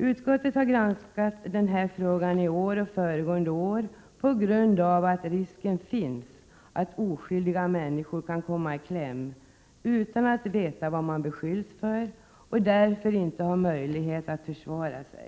Utskottet har granskat denna fråga i år och föregående år på grund av att Granskni tatsdet finns risk att oskyldiga människor kan komma i kläm utan att veta vad de SES VE ä ä Ge SBR är rådens tjänsteutövning beskylls för och därför inte ha möjlighet att försvara sig.